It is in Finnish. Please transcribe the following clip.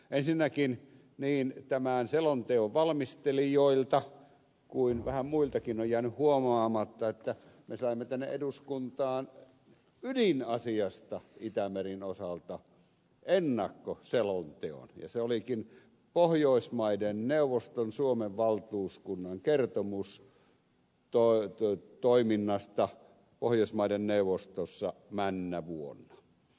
ensinnäkin niin tämän selonteon valmistelijoilta kuin vähän muiltakin on jäänyt huomaamatta että me saimme tänne eduskuntaan ydinasiasta itämeren osalta ennakkoselonteon ja se olikin pohjoismaiden neuvoston suomen valtuuskunnan kertomus toiminnasta pohjoismaiden neuvostossa männä vuonna